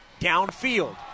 downfield